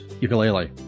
ukulele